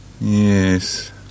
Yes